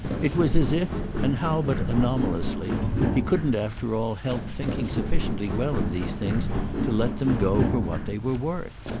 it was as if and how but anomalously he couldn't after all help thinking sufficiently well of these things to let them go for what they were worth.